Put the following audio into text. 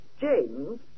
James